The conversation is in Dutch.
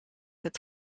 het